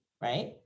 right